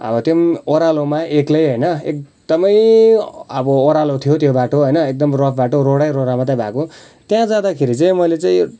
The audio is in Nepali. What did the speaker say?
अब त्यो पनि ओह्रालोमा एक्लै होइन एकदमै अब ओह्रालो थियो त्यो बाटो होइन एकदम रफ बाटो रोडै रोडा मात्रै भएको त्यहाँ जाँदाखेरि चाहिँ मैले चाहिँ